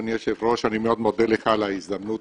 אדוני היושב ראש, אני מאוד מודה לך על ההזדמנות